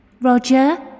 Roger